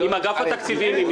אני